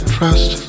Trust